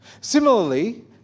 similarly